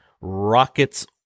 Rocket's